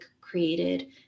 created